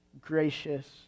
gracious